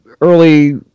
early